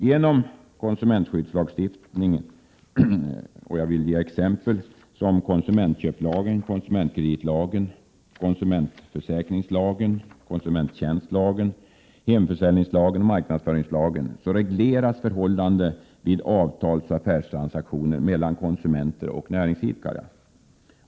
Genom konsumentskyddslagstiftningen — t.ex. konsumentköplagen, konsumentkreditlagen, konsumentförsäkringslagen, konsumenttjänstlagen, hemförsäljningslagen och marknadsföringslagen — regleras förhållanden vid avtalsoch affärstransaktioner mellan konsumenter och näringsidkare.